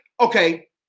okay